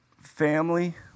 family